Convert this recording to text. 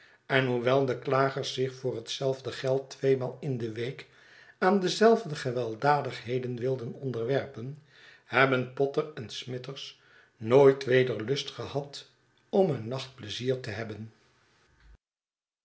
en hoewel de klagers zich voor hetzelfde geld tweemaal in de week aan dezelfde gewelddadigheden wilden onderwerpen hebben potter en smithers nooit weder lust gehad om een nacht pleizier te hebben